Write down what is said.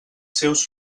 seus